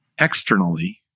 externally